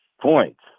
points